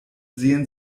sehen